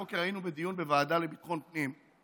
הבוקר היינו בדיון בוועדה לביטחון הפנים.